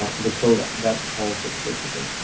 ah the code, that calls it basically.